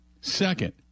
Second